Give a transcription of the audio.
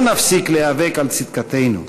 לא נפסיק להיאבק על צדקתנו,